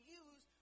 use